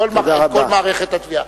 בוודאי, כל מערכת התביעה.